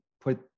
put